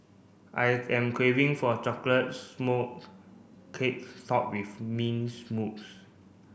I am craving for a chocolate smoke cake topped with mints mousse